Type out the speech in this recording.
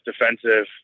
defensive